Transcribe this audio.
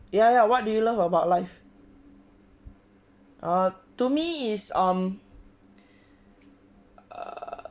ya lah what do you love about life uh to me it's um err